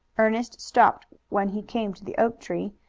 ernest stopped when he came to the oak tree,